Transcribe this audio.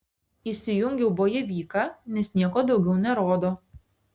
įsijungiau bojevyką nes nieko daugiau nerodo